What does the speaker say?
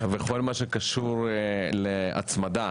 -- בכל מה שקשור להצמדה